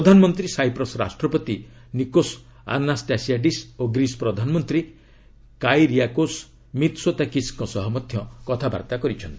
ପ୍ରଧାନମନ୍ତ୍ରୀ ସାଇପ୍ରସ୍ ରାଷ୍ଟ୍ରପତି Nikos Anastasiades ଓ ଗ୍ରୀସ୍ ପ୍ରଧାନମନ୍ତ୍ରୀ କାଇରିଆକୋସ୍ ମିତ୍ସୋତାକିସ୍ଙ୍କ ସହ ମଧ୍ୟ କଥାବାର୍ତ୍ତା କରିଛନ୍ତି